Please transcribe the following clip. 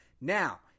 Now